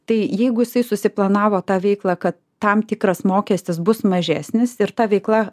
tai jeigu jisai susiplanavo tą veiklą kad tam tikras mokestis bus mažesnis ir ta veikla